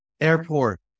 airport